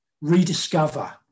rediscover